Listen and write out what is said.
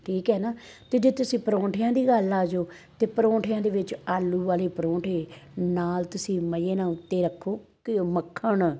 ਠੀਕ ਹੈ ਨਾ ਅਤੇ ਜੇ ਤੁਸੀਂ ਪਰੌਂਠਿਆਂ ਦੀ ਗੱਲ ਆ ਜੋ ਤਾਂ ਪਰੌਂਠਿਆਂ ਦੇ ਵਿੱਚ ਆਲੂ ਵਾਲੇ ਪਰੌਂਠੇ ਨਾਲ ਤੁਸੀਂ ਮਜ਼ੇ ਨਾਲ ਉੱਤੇ ਰੱਖੋ ਘਿਓ ਮੱਖਣ